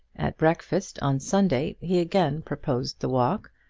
at breakfast on sunday he again proposed the walk,